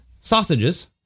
sausages